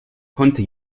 konnte